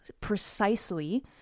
precisely